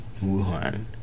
Wuhan